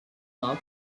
law